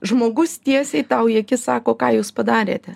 žmogus tiesiai tau į akis sako ką jūs padarėte